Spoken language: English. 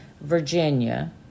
Virginia